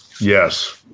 Yes